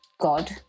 God